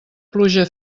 pluja